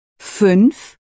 Fünf